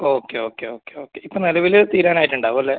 okay okay okay okay ഇപ്പോൾ നിലവിൽ തീരാനായിട്ട് ഉണ്ടാവും അല്ലേ